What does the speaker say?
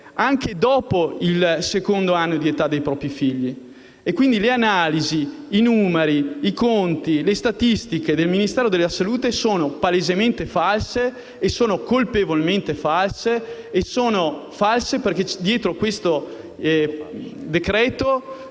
anche dopo il secondo anno di età dei propri figli. E quindi le analisi, i numeri, i conti, le statistiche del Ministero della salute sono palesemente e colpevolmente falsi. Dietro questo decreto-legge